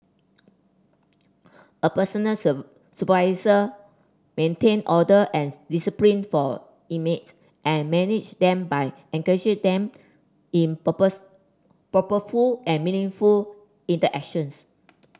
a personal supervisor maintain order and discipline for inmates and manage them by engaging them in purpose purposeful and meaningful interactions